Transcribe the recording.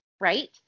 right